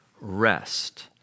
Rest